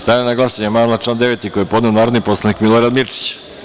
Stavljam na glasanje amandman na član 9. koji je podneo narodni poslanik Milorad Mirčić.